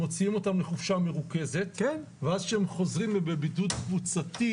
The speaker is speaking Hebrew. מוציאים אותם לחופשה מרוכזת ואז כשהם חוזרים לבידוד קבוצתי.